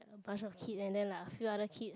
a bunch of kid and then a like few other kids